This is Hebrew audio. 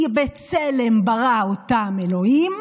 כי בצלם ברא אותם אלוהים,